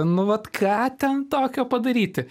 nu vat ką ten tokio padaryti